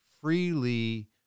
freely